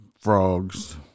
frogs